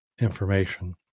information